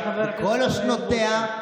בכל שנותיה,